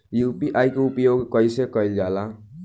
UPI के उपयोग कइसे कइल जाला?